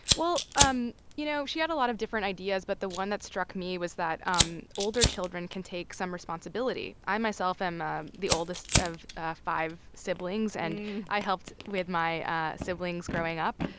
well, um you know, she had a lot of different ideas, but the one that struck me was that um older children can take some responsibility. i, myself, am the oldest of five siblings, and i helped with my siblings growing up.